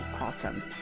awesome